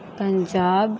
Punjab